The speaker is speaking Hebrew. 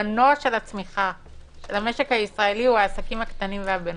המנוע של הצמיחה של המשק הישראלי הוא העסקים הקטנים והבינוניים.